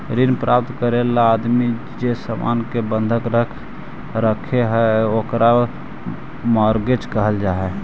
ऋण प्राप्त करे ला आदमी जे सामान के बंधक रखऽ हई ओकरा मॉर्गेज कहल जा हई